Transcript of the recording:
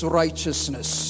righteousness